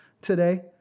today